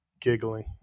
giggling